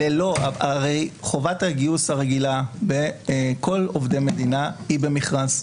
הרי חובת הגיוס הרגילה בכל עובדי מדינה היא במכרז.